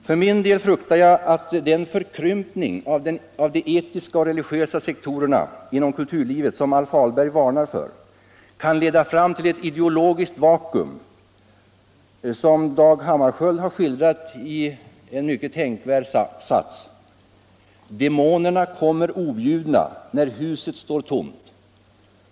För min del fruktar jag att den förkrympning av de etiska och religiösa sektorerna inom kulturlivet som AIf Ahlberg varnar för kan leda fram till ett ideologiskt vacuum, som Dag Hammarskjöld har skildrat i den tänkvärda satsen: ”Demonerna kommer objudna, när huset står tomt.